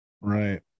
Right